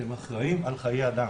אתם אחראים על חיי אדם.